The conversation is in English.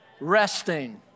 resting